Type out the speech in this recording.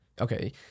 Okay